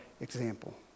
example